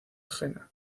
jena